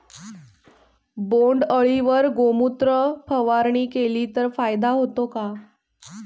बोंडअळीवर गोमूत्र फवारणी केली तर फायदा होतो का?